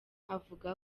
avuga